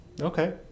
Okay